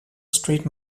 street